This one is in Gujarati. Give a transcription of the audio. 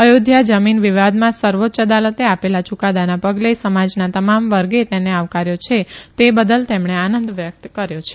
અયોધ્યા જમીન વિવાદમાં સર્વોચ્ય અદાલતે આપેલા યુકાદાના પગલે સમાજના તમામ વર્ગે તેને આવકાર્યો છે તે બદલ તેમણે આનંદ વ્યકત કર્યો છે